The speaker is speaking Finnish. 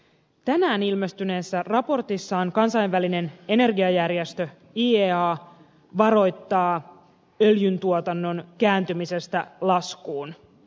tänään ilmestyneessä raportissaan kansainvälinen energiajärjestö iea varoittaa öljyntuotannon kääntymisestä laskuun